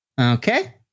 Okay